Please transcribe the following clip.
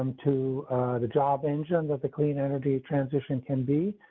to the job engine that the clean energy transition can be.